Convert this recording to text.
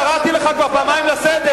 קראתי לך כבר פעמיים לסדר,